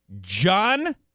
John